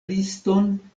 liston